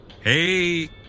Hey